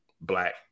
black